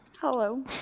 Hello